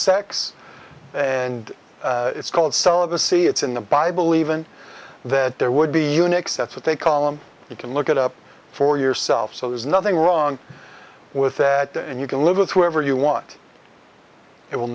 sex and it's called celibacy it's in the bible even that there would be eunuchs that's what they call them you can look it up for yourself so there's nothing wrong with that and you can live with whoever you want it will